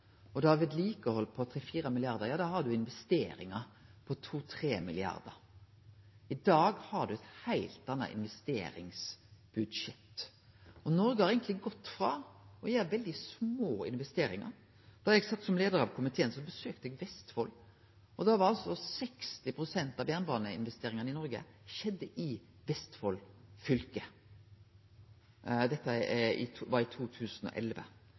I dag har ein eit heilt anna investeringsbudsjett. Noreg har eigentleg gått frå å gjere veldig små investeringar. Da eg sat som leiar av komiteen, besøkte eg Vestfold, og da gjekk altså 60 pst. av jernbaneinvesteringane i Noreg til Vestfold fylke. Dette var i 2011. Så me har i